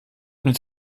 mit